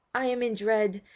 i am in dread,